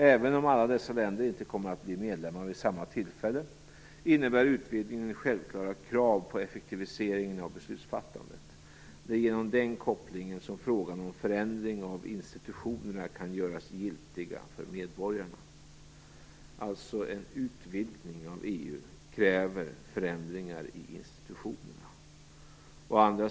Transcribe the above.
Även om alla dessa länder inte kommer att bli medlemmar vid samma tillfälle, innebär utvidgningen självklara krav på effektivisering av beslutsfattandet. Det är genom den kopplingen som frågan om förändring av institutionerna kan göras giltig för medborgarna. En utvidgning av EU kräver alltså förändringar i institutionerna.